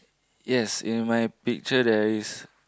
yes in my picture there is